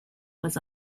was